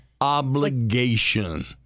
obligation